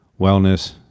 wellness